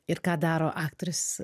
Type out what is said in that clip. ir ką daro aktorius